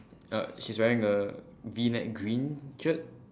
uh she's wearing a V neck green shirt